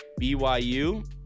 BYU